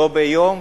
לא ביום,